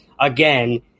again